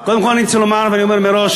קודם כול אני רוצה לומר, ואני אומר מראש,